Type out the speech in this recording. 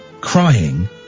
crying